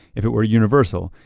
if it were universal,